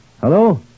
Hello